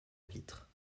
vitre